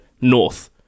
North